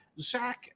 Zach